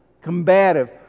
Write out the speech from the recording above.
combative